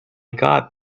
got